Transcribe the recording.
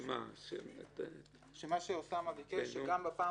מה שאוסאמה ביקש,